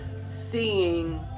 seeing